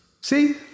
See